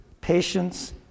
patience